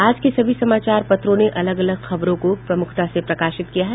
आज के सभी समाचार पत्रों ने अलग अलग खबरों को प्रमुखता से प्रकाशित किया है